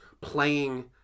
playing